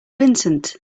vincent